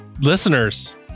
listeners